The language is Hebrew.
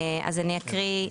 אז אני אקריא,